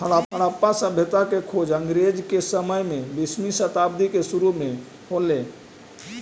हड़प्पा सभ्यता के खोज अंग्रेज के समय में बीसवीं शताब्दी के सुरु में हो ले